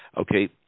okay